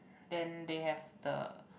then they have the